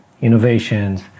innovations